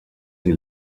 sie